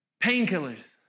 painkillers